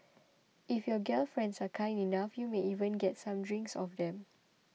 if your gal friends are kind enough you may even get some drinks off them